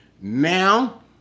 now